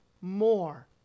more